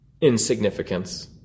insignificance